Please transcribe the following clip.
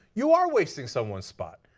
you are wasting someone's spot.